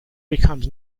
became